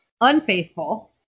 unfaithful